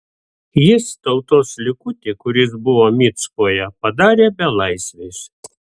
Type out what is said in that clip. jis tautos likutį kuris buvo micpoje padarė belaisviais